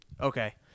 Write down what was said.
Okay